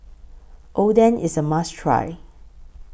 Oden IS A must Try